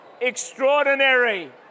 extraordinary